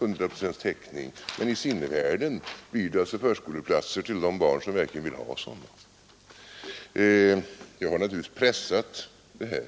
100 procents täckning, men i sinnevärlden blir det alltså förskoleplatser till de barn som verkligen vill ha sådana. Jag har naturligtvis pressat det här.